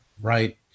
Right